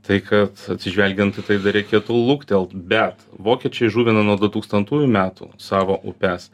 tai kad atsižvelgiant į tai dar reikėtų luktelt bet vokiečiai žuvina nuo du tūkstantųjų metų savo upes